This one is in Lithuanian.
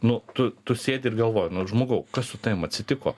nu tu tu sėdi ir galvoji nu žmogau kas su tavim atsitiko